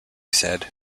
said